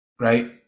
right